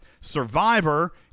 Survivor